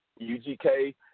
UGK